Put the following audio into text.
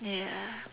ya